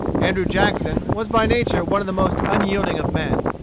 andrew jackson was by nature one of the most unyielding of men.